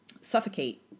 suffocate